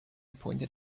pointed